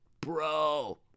bro